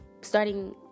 starting